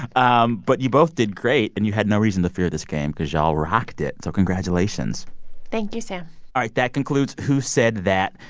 um but you both did great. and you had no reason to fear this game cause y'all rocked it. so congratulations thank you, sam all right. that concludes who said that.